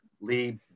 Lee